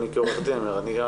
אני כעורך דין אומר,